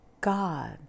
God